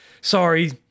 Sorry